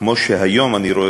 כמו שהיום אני רואה,